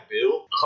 Bill